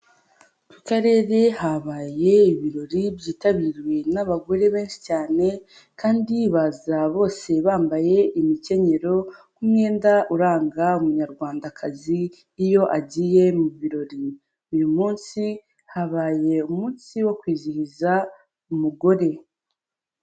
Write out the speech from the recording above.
Mu karere habaye ibirori byitabiriwe n'abagore benshi cyane, kandi baza bose bambaye imikenyero nk'umwenda uranga umunyarwandakazi iyo agiye mu birori, uyu munsi habaye umunsi wo kwizihiza umugore.